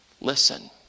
Listen